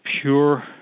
pure